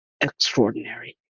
extraordinary